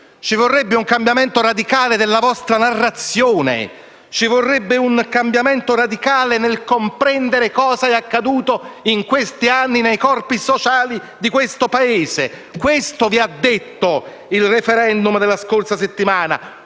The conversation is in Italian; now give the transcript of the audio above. Ci vorrebbe un cambiamento radicale della vostra narrazione. Ci vorrebbe un cambiamento radicale nel comprendere cosa è accaduto negli ultimi anni nei corpi sociali del nostro Paese. Questo vi ha detto il *referendum* della scorsa settimana.